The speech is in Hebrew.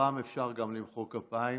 הפעם אפשר גם למחוא כפיים.